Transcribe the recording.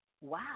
Wow